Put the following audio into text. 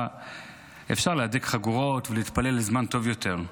אפשר להדק חגורות ולהתפלל לזמן טוב יותר.